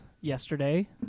yesterday